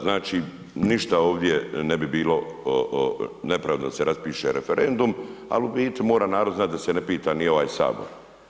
Znači, ništa ovdje ne bi bilo nepravilno da se raspiše referendum, al u biti mora narod znati da se ne pita ni ovaj sabor.